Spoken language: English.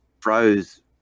froze